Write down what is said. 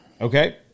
Okay